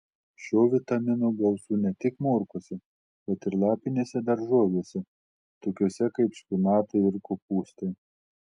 šio vitamino gausu ne tik morkose bet ir lapinėse daržovėse tokiose kaip špinatai ir kopūstai